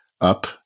up